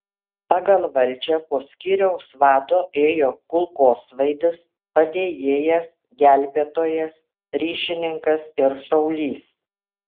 pagal valdžią po skyriaus vado ėjo kulkosvaidis padėjėjas gelbėtojas ryšininkas ir šaulys